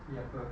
lagi apa